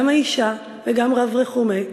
גם האישה וגם רב רחומי,